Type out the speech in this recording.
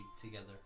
together